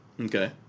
Okay